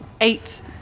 eight